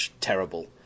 terrible